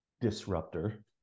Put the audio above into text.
disruptor